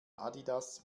adidas